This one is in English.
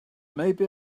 maybe